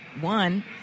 One